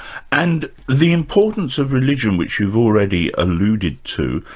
and the importance of religion, which you've already alluded to,